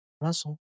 Russell